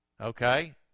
okay